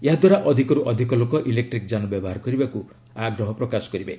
ଏହାଦ୍ୱାରା ଅଧିକରୁ ଅଧିକ ଲୋକ ଇଲେକ୍ଟ୍ରିକ୍ ଯାନ ବ୍ୟବହାର କରିବାକୁ ଆଗ୍ରହ ପ୍ରକାଶ କରିବେ